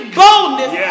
boldness